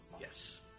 Yes